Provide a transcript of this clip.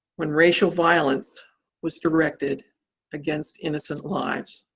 when racial violence was directed against innocent lives.